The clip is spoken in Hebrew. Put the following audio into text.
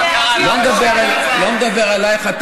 אני לא מדבר עלייך,